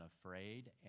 afraid